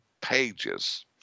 pages